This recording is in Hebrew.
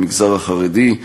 מן המגזר החרדי,